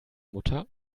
mutter